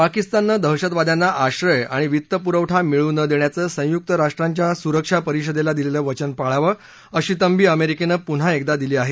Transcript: पाकिस्ताननं दहशतवाद्यांना आश्रय आणि वित्त् पुरवठा मिळू न देण्याचं संयुक्त राष्ट्रांच्या सुरक्षा परिषदेला दिलेलं वचन पाळावं अशी तंबी अमेरिकेनं पुन्हा एकदा दिली आहे